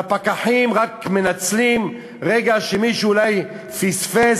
והפקחים רק מנצלים רגע שמישהו פספס,